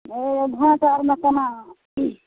vote आओरमे कोना कि